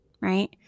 Right